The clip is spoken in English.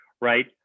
right